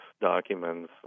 documents